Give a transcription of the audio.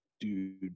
Dude